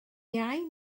iau